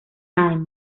times